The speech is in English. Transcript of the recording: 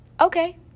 okay